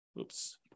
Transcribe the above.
oops